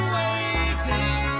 waiting